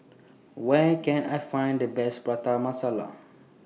Where Can I Find The Best Prata Masala